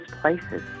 places